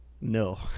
No